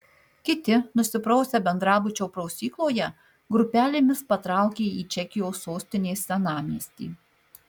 kiti nusiprausę bendrabučio prausykloje grupelėmis patraukė į čekijos sostinės senamiestį